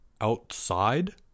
Outside